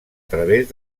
través